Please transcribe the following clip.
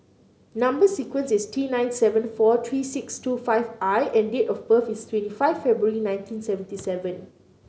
number sequence is T nine seven four three six two five I and date of birth is twenty five February nineteen seventy seven